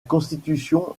constitution